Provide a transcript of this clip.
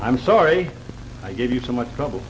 i'm sorry i gave you so much trouble